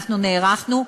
אנחנו נערכנו.